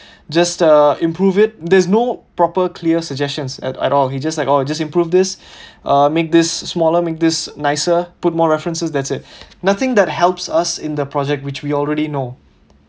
just uh improve it there's no proper clear suggestions at at all he just like oh just improve this uh make this smaller make this nicer put more references that's it nothing that helps us in the project which we already know